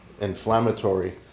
inflammatory